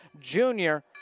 junior